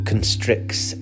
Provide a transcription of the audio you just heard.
constricts